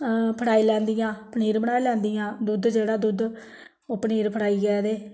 फटाई लैंदियां पनीर बनाई लैंदियां दुद्ध जेह्ड़ा दुद्ध पनीर फटाइयै ते